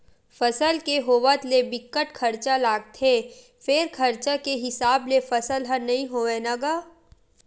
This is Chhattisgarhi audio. फसल के होवत ले बिकट खरचा लागथे फेर खरचा के हिसाब ले फसल ह नइ होवय न गा